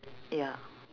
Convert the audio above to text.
ya